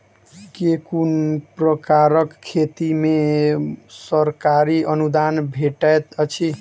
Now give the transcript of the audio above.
केँ कुन प्रकारक खेती मे सरकारी अनुदान भेटैत अछि?